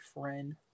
friend